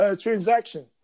transaction